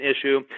issue